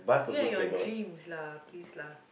you and your dreams please lah